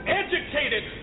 educated